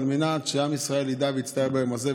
על מנת שעם ישראל ידע ויצטער ביום הזה,